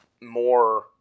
more